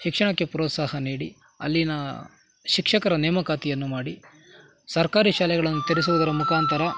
ಶಿಕ್ಷಣಕ್ಕೆ ಪ್ರೋತ್ಸಾಹ ನೀಡಿ ಅಲ್ಲಿನ ಶಿಕ್ಷಕರ ನೇಮಕಾತಿಯನ್ನು ಮಾಡಿ ಸರ್ಕಾರಿ ಶಾಲೆಗಳನ್ನು ತೆರೆಸುವುದರ ಮುಖಾಂತರ